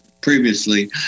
previously